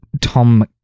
Tom